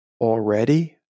already